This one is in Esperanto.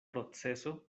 proceso